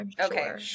Okay